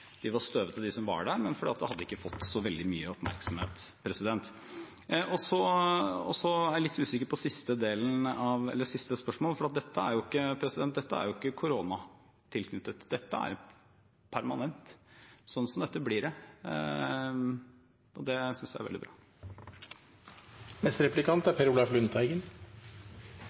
de var støvete, de som var der, men fordi det hadde ikke fått så veldig mye oppmerksomhet. Så er jeg litt usikker på det siste spørsmålet, for dette er ikke koronatilknyttet, dette er permanent. Sånn som dette blir det, og det synes jeg er veldig bra. Ja, dette er